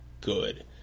good